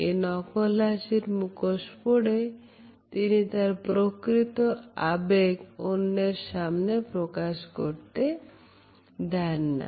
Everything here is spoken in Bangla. এই নকল হাসির মুখোশ পড়ে তিনি তার প্রকৃত আবেগ অন্যের সামনে প্রকাশ করতে দেন না